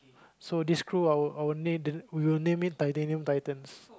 so this crew our our name we will name it Titanium Titans